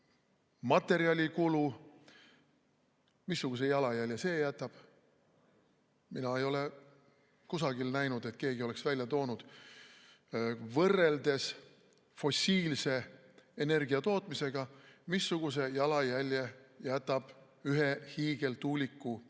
materjalikulu – missuguse jalajälje see jätab? Mina ei ole kusagil näinud, et keegi oleks välja toonud võrdluses fossiilse energia tootmisega, missuguse jalajälje jätab ühe hiigeltuuliku